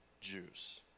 Jews